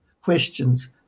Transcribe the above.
questions